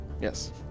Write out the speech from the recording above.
Yes